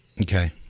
okay